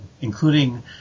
including